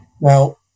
Now